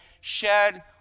shed